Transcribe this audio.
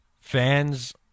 Fans